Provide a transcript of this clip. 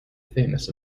famous